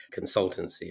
consultancy